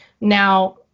now